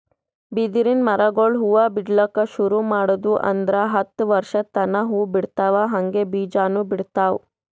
ಬಿದಿರಿನ್ ಮರಗೊಳ್ ಹೂವಾ ಬಿಡ್ಲಕ್ ಶುರು ಮಾಡುದ್ವು ಅಂದ್ರ ಹತ್ತ್ ವರ್ಶದ್ ತನಾ ಹೂವಾ ಬಿಡ್ತಾವ್ ಹಂಗೆ ಬೀಜಾನೂ ಬಿಡ್ತಾವ್